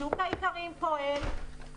שוק האיכרים פועל,